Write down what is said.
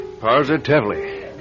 Positively